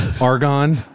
Argon